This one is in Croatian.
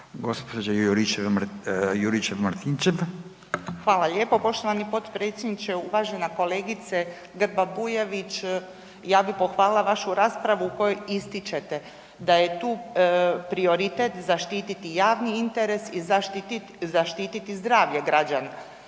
Branka (HDZ)** Hvala lijepo poštovani potpredsjedniče. Uvažena kolegice Grba-Bujević. Ja bih pohvalila vašu raspravu u kojoj ističete da je tu prioritet zaštiti javni interes i zaštititi zdravlje građana.